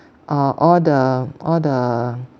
or all the all the